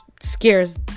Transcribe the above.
scares